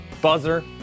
buzzer